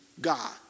God